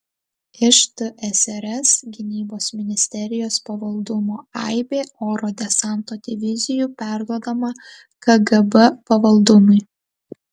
iš tsrs gynybos ministerijos pavaldumo aibė oro desanto divizijų perduodama kgb pavaldumui